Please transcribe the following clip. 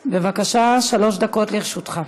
בבקשה, שלוש דקות לרשותך.